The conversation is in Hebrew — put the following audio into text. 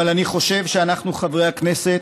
אבל אני חושב שאנחנו, חברי הכנסת,